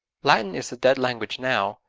latin is a dead language now,